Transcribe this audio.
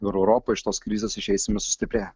ir europoj iš tos krizės išeisime sustiprėję